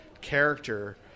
character